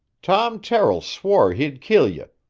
tom terrill swore he'd kill ye,